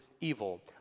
evil